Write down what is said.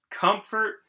comfort